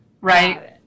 Right